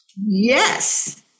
yes